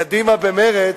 קדימה במרץ,